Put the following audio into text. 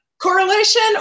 correlation